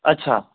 अच्छा